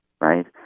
right